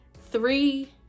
three